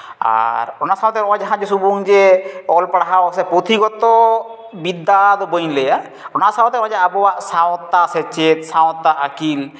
ᱟᱨ ᱚᱱᱟ ᱥᱟᱶᱛᱮ ᱱᱚᱜᱼᱚᱭ ᱡᱟᱦᱟᱸ ᱦᱩᱫᱤᱥ ᱟᱵᱚᱱ ᱡᱮ ᱚᱞ ᱯᱟᱲᱦᱟᱣ ᱥᱮ ᱯᱩᱛᱷᱤ ᱜᱚᱛᱚ ᱵᱤᱫᱽᱫᱟ ᱫᱚ ᱵᱟᱹᱧ ᱞᱟᱹᱭᱟ ᱚᱱᱟ ᱥᱟᱶᱛᱮ ᱱᱚᱜᱼᱚᱭ ᱡᱮ ᱟᱵᱚᱣᱟᱜ ᱥᱟᱶᱛᱟ ᱥᱮᱪᱮᱫ ᱥᱟᱶᱛᱟ ᱟᱹᱠᱤᱞ